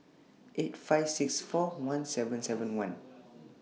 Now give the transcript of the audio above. eight five six four one seven seven one